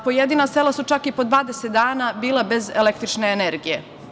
Pojedina sela su čak i po 20 dana bila bez električne energije.